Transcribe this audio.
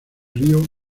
río